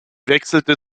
wechselte